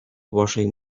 washing